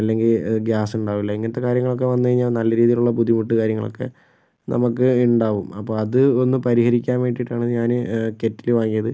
അല്ലെങ്കിൽ ഗ്യാസ് ഉണ്ടാവില്ല ഇങ്ങനത്തെ കാര്യങ്ങളൊക്കെ വന്നു കഴിഞ്ഞാൽ നല്ല രീതിയിലുള്ള ബുദ്ധിമുട്ട് കാര്യങ്ങളൊക്കെ നമുക്ക് ഉണ്ടാകും അപ്പോൾ അത് ഒന്ന് പരിഹരിക്കാൻ വേണ്ടിയിട്ടാണ് ഞാന് കെറ്റില് വാങ്ങിയത്